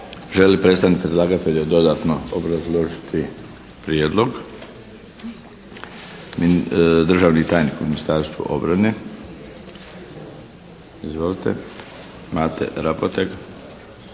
li predstavnik predlagatelja dodatno obrazložiti Prijedlog? Državni tajnik u Ministarstvu obrane. Izvolite. Mate Raboteg.